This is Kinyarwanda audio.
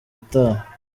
utaha